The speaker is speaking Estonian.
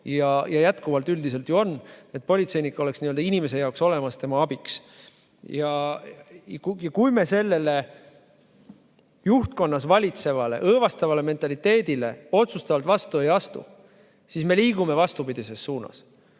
ja jätkuvalt üldiselt ju on, et politseinik oleks inimese jaoks olemas, tema abiks. Kui me sellele juhtkonnas valitsevale õõvastavale mentaliteedile otsustavalt vastu ei astu, siis me liigume vastupidises suunas.